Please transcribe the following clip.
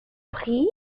prix